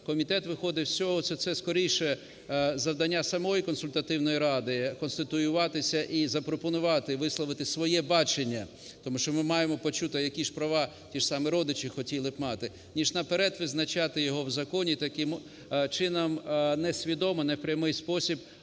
комітет виходив з цього, що це скоріше завдання самої Консультативної ради - конституюватися і запропонувати висловити своє бачення, тому що ми маємо почути, а які ж права ті ж самі родичі хотіли б мати, - ніж наперед визначати його в законі, і таким чином несвідомо, не в прямий спосіб